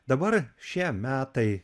dabar šie metai